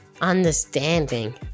understanding